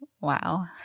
wow